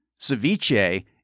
ceviche